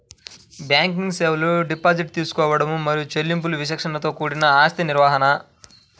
banking సేవలు deposit తీసుకోవడం మరియు చెల్లింపులు విచక్షణతో కూడిన ఆస్తి నిర్వహణ,